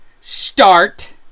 start